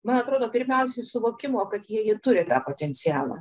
man atrodo pirmiausia suvokimo kad jie ir turi tą potencialą